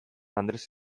andres